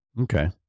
Okay